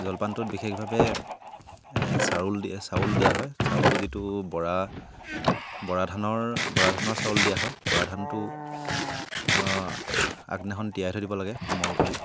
জলপানটোত বিশেষভাৱে চাউল দিয়ে চাউল দিয়া হয় চাউলটো যিটো বৰা বৰা ধানৰ বৰা ধানৰ চাউল দিয়া হয় বৰা ধানটো আগদিনাখন তিয়াই থৈ দিব লাগে কোমল কৰি